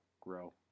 grow